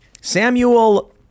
Samuel